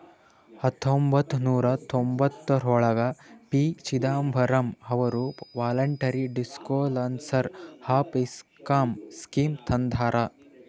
ಹತೊಂಬತ್ತ ನೂರಾ ತೊಂಭತ್ತಯೋಳ್ರಾಗ ಪಿ.ಚಿದಂಬರಂ ಅವರು voluntary disclosure of income scheme ತಂದಾರ